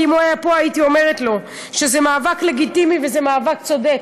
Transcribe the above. כי אם הוא היה פה הייתי אומרת לו שזה מאבק לגיטימי וזה מאבק צודק,